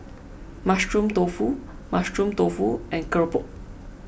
Mushroom Tofu Mushroom Tofu and Keropok